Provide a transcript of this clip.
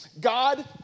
God